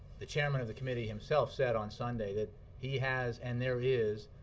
the chairman of the committee himself said on sunday that he has, and there is,